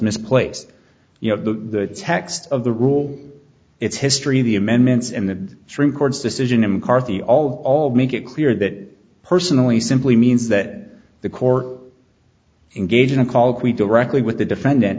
misplaced you know the text of the rule it's history the amendments and the trim court's decision in mccarthy all make it clear that personally simply means that the court engage in a call that we directly with the defendant